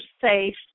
safe